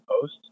post